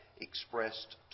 expressed